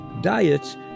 diets